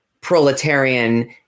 proletarian